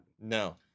No